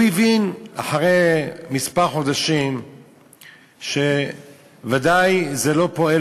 הוא הבין אחרי כמה חודשים שוודאי זה לא פועל